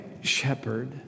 shepherd